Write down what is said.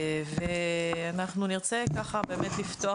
ואנחנו נרצה לפתוח